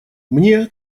мне